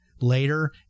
later